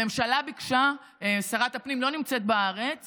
הממשלה ביקשה, שרת הפנים לא נמצאת בארץ